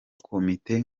komite